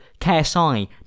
KSI